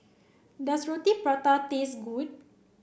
does Roti Prata taste good